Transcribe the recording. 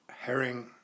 herring